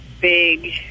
big